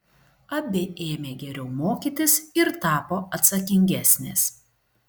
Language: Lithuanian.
abi ėmė geriau mokytis ir tapo atsakingesnės